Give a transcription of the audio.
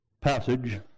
passage